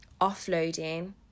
offloading